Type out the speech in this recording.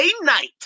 night